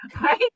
right